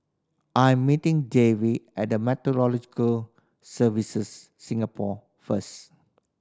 I'm meeting Davy at the Meteorological Services Singapore first